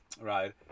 right